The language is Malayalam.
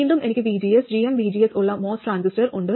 വീണ്ടും എനിക്ക് vgs gmvgs ഉള്ള MOS ട്രാൻസിസ്റ്റർ ഉണ്ട്